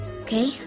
okay